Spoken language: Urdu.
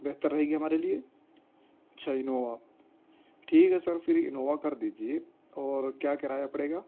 بہتر رہے گی ہمارے لیے اچھا اینووا ٹھیک ہے سر پھر اینووا کر دیجیے اور کیا کرایہ پڑے گا